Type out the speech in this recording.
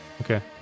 Okay